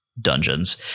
dungeons